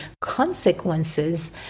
consequences